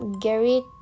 Gary